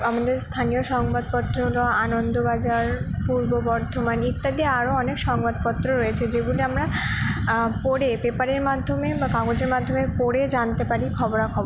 আমাদের স্থানীয় সংবাদপত্র হলো আনন্দবাজার পূর্ব বর্ধমান ইত্যাদি আরও অনেক সংবাদপত্র রয়েছে যেগুলি আমরা পড়ে পেপারের মাধ্যমে বা কাগজের মাধ্যমে পড়ে জানতে পারি খবরাখবর